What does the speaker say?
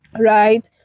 right